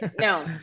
no